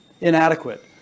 inadequate